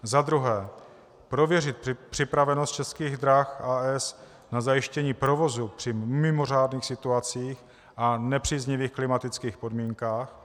2. prověřit připravenost Českých drah, a. s., na zajištění provozu při mimořádných situacích a nepříznivých klimatických podmínkách;